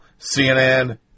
CNN